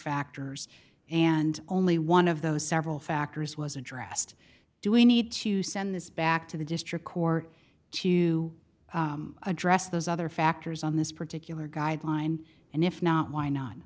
factors and only one of those several factors was addressed do we need to send this back to the district court to address those other factors on this particular guideline and if not why not